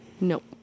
Nope